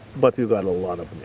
but you've got a lot of